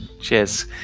Cheers